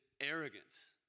arrogance